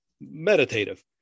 meditative